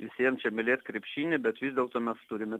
visiem čia mylėt krepšinį bet vis dėlto mes turime